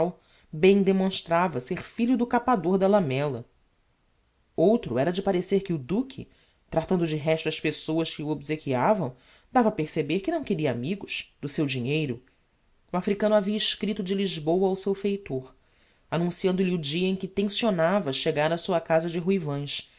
bem demonstrava ser filho do capador da lamela outro era de parecer que o duque tratando de resto as pessoas que o obsequiavam dava a perceber que não queria amigos do seu dinheiro o africano havia escripto de lisboa ao seu feitor annunciando lhe o dia em que tencionava chegar á sua casa de